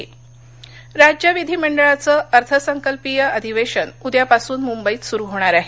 अधिवेशन राज्यविधीमंडळाचं अर्थसंकल्पीय अधिवेशन उद्यापासून मुंबईत सुरू होणार आहे